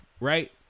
right